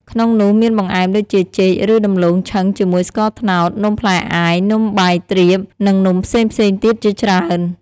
ក្នុងនោះមានបង្អែមដូចជា ចេក ឬ ដំឡូងឆឹងជាមួយស្ករត្នោត នំផ្លែអាយ នំបាយទ្រាប និងនំផ្សេងៗទៀតជាច្រើន។